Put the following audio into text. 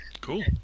Cool